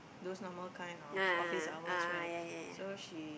those normal kind of office hours right so she